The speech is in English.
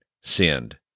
sinned